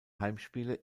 heimspiele